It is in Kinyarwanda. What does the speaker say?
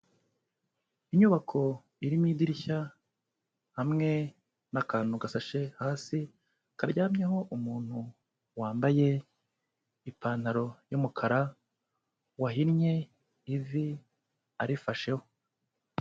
Inyubako irimo idirishya hamwe n'akantu gasashe hasi karyamyeho umuntu, wambaye ipantaro y'umukara, wahinnye ivi arifasheho.